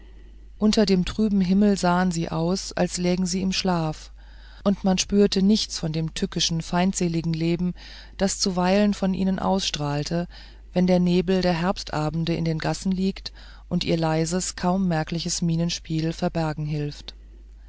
unter dem trüben himmel sahen sie aus als lägen sie im schlaf und man spülte nichts von dem tückischen feindseligen leben das zuweilen von ihnen ausstrahlt wenn der nebel der herbstabende in den gassen liegt und ihr leises kaum merkliches mienenspiel verbergen hilft